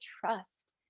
trust